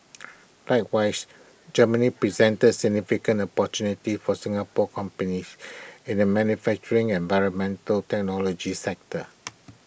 likewise Germany presents significant opportunities for Singapore companies in the manufacturing and environmental technology sectors